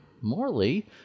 morley